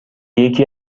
یکی